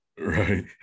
Right